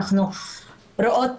אנחנו רואות